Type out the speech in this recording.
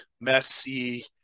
messy